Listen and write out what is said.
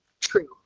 True